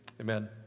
Amen